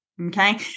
Okay